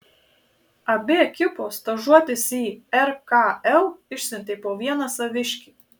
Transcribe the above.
abi ekipos stažuotis į rkl išsiuntė po vieną saviškį